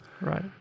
Right